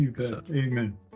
Amen